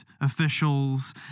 officials